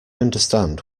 understand